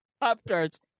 Pop-tarts